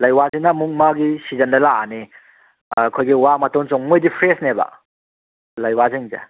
ꯂꯩꯋꯥꯖꯤꯅ ꯑꯃꯨꯛ ꯃꯥꯒꯤ ꯁꯤꯖꯟꯗ ꯂꯥꯛꯑꯅꯤ ꯑꯩꯈꯣꯏꯒꯤ ꯋꯥ ꯃꯇꯣꯟ ꯆꯣꯡ ꯃꯣꯏꯗꯤ ꯐ꯭ꯔꯦꯁꯅꯦꯕ ꯂꯩꯋꯥꯖꯤꯡꯖꯦ